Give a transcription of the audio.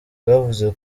bwavuze